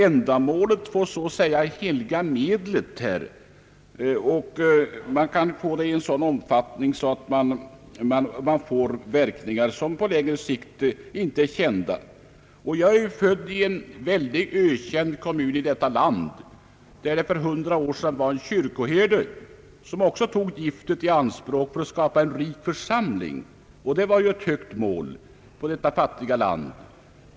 Ändamålet får så att säga helga medlet, och man kan få fluor i en sådan omfattning att det blir verkningar som på längre sikt inte är kända. Jag är född i en ökänd kommun, där för hundra år sedan en kyrkoherde också tog gift i anspråk för att skapa en rik församling, och det var ju ett högt mål i detta fattiga land.